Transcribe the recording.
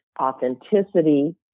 authenticity